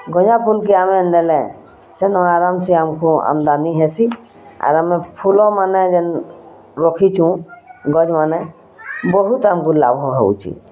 ଗଞ୍ଜାଫୁଲ୍ କେ ଆମେ ନେଲେ ସେନ ଆରାମସେ ଆମ୍କୁ ଆମଦାନୀ ହେସି ଆର୍ ଆମେ ଫୁଲମାନେ ଯେନ୍ ରଖିଛୁଁ ଗଛ୍ ମାନେ ବହୁତ୍ ଆମ୍କୁ ଲାଭ ହଉଛି